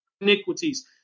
iniquities